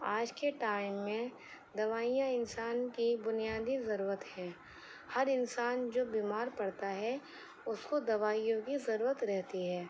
آج کے ٹائم میں دوائیاں انسان کی بنیادی ضرورت ہے ہر انسان جو بیمار پڑتا ہے اس کو دوائیوں کی ضرورت رہتی ہے